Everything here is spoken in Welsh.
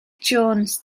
jones